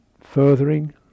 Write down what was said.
furthering